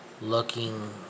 looking